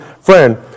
friend